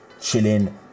chilling